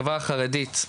בחברה החרדית,